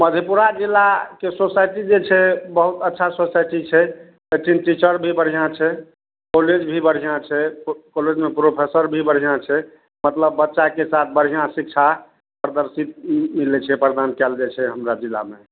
मधेपुरा जिलाके सोसाइटी जे छै बहुत अच्छा सोसाइटी छै एहिठिन टीचर भी बढ़िआँ छै कॉलेज भी बढ़िआँ छै कॉलेजमे प्रोफेसर भी बढ़िआँ छै मतलब बच्चाके साथ बढ़िआँ शिक्षा प्रदर्शित मिलै छै प्रदान कएल जाइ छै हमरा जिलामे